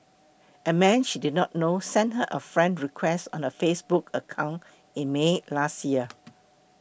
a man she did not know sent her a friend request on her Facebook account in May last year